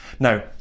Now